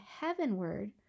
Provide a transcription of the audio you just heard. heavenward